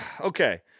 okay